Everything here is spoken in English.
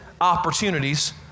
opportunities